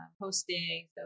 hosting